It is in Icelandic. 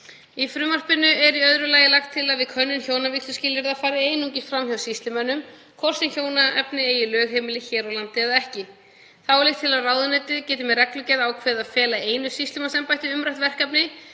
Í frumvarpinu er í öðru lagi lagt til að könnun hjónavígsluskilyrða fari einungis fram hjá sýslumönnum, hvort sem hjónaefni eigi lögheimili hér á landi eða ekki. Þá er lagt til að ráðuneytið geti með reglugerð ákveðið að fela einu sýslumannsembætti umrætt verkefni